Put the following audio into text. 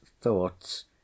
thoughts